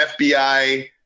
FBI